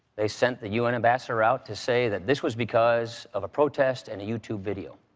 they sent the u n. ambassador out to say that this was because of a protest and a youtube video.